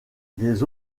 des